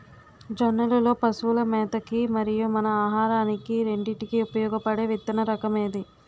జొన్నలు లో పశువుల మేత కి మరియు మన ఆహారానికి రెండింటికి ఉపయోగపడే విత్తన రకం ఏది?